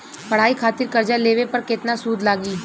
पढ़ाई खातिर कर्जा लेवे पर केतना सूद लागी?